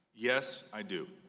yes, i do.